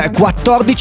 14